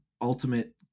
ultimate